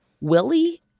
Willie